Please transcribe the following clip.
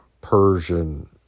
Persian